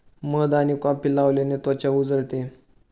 मध आणि कॉफी लावल्याने त्वचा उजळते